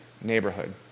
neighborhood